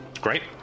Great